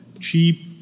cheap